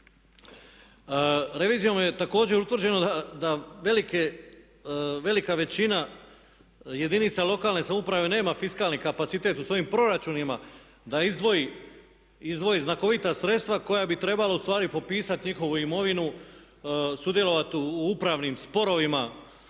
Revizijom je također utvrđeno da velika većina jedinica lokalne samouprave nema fiskalni kapacitet u svojim proračunima da izdvoji znakovita sredstva koja bi trebalo u stvari popisati njihovu imovinu, sudjelovati u upravnim sporovima,